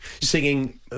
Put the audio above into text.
singing